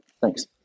Thanks